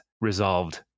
resolved